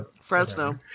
Fresno